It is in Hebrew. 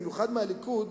במיוחד מהליכוד: